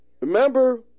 Remember